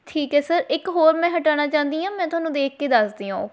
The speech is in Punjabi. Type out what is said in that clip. ਠੀਕ ਹੈ ਸਰ ਇੱਕ ਹੋਰ ਮੈਂ ਹਟਾਉਣਾ ਚਾਹੁੰਦੀ ਹਾਂ ਮੈਂ ਤੁਹਾਨੂੰ ਦੇਖ ਕੇ ਦੱਸਦੀ ਹਾਂ ਉਹ